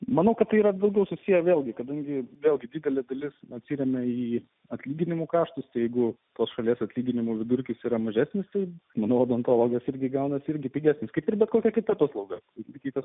manau kad tai yra daugiau susiję vėlgi kadangi vėlgi didelė dalis atsiremia į atlyginimų kaštus jeigu tos šalies atlyginimų vidurkis yra mažesnis tai anot antologijos irgi gaunasi irgi pigesnis kaip ir bet kokia kita paslauga sutikite